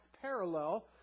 parallel